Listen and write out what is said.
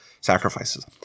sacrifices